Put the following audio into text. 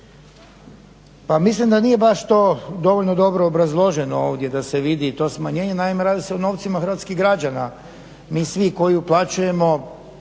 Pa mislim da nije baš to dovoljno dobro obrazloženo ovdje da se vidi i to smanjenje. Naime radi se o novcima hrvatskih građana, mi svi koji uplaćujemo